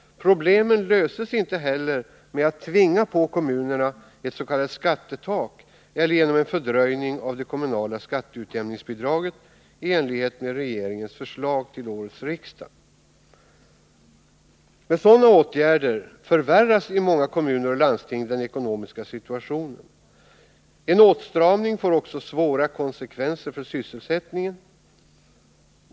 Problemen löses inte heller med att tvinga på kommunerna ett s.k. skattetak eller genom en fördröjning av det kommunala skatteutjämningsbidraget i enlighet med regeringens förslag till årets riksdag. Med sådana åtgärder förvärras i många kommuner och landsting den ekonomiska situationen. En åtstramning får också svåra konsekvenser för sysselsättningen.